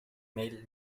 male